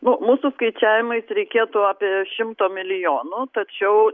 nu mūsų skaičiavimais reikėtų apie šimto milijonų tačiau